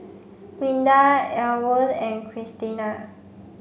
Rinda Ellwood and Cristina